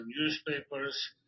newspapers